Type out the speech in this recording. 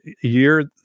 year